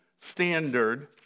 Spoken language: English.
standard